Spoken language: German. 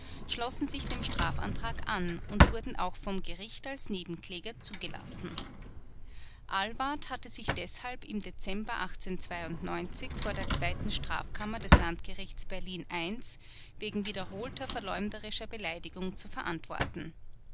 schlossen sich dem strafantrag an und wurden auch vom gericht als nebenkläger zugelassen ahlwardt hatte sich deshalb im dezember vor der zweiten strafkammer des landgerichts berlin i wegen wiederholter verleumderischer beleidigung zu verantworten